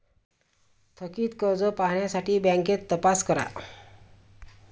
थकित कर्ज पाहण्यासाठी बँकेत तपास करा